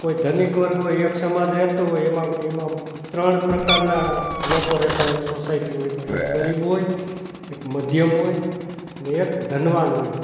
કોઈ ધનિક વર્ગ હોય એક સમાજ રહેતો હોય એમાં એમાં ત્રણ પ્રકારના લોકો રહેતા હોય એક સોસાયટી હોય તો એક ગરીબ હોય એક મધ્યમ હોય અને એક ધનવાન હોય